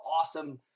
awesome